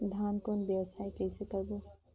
धान कौन व्यवसाय कइसे करबो?